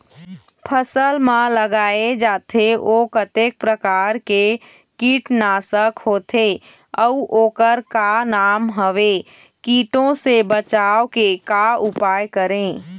फसल म लगाए जाथे ओ कतेक प्रकार के कीट नासक होथे अउ ओकर का नाम हवे? कीटों से बचाव के का उपाय करें?